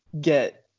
get